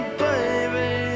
baby